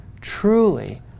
truly